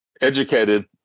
educated